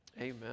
Amen